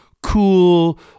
cool